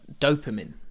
dopamine